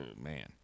man